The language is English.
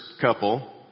couple